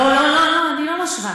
לא, לא, אני לא משווה.